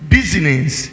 Business